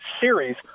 series